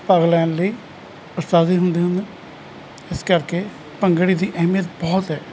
ਭਾਗ ਲੈਣ ਲਈ ਉਸਤਾਦ ਵੀ ਹੁੰਦੇ ਹਨ ਇਸ ਕਰਕੇ ਭੰਗੜੇ ਦੀ ਅਹਿਮੀਅਤ ਬਹੁਤ ਹੈ